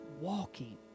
walking